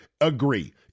agree